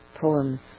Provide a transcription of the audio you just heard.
poems